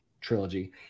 trilogy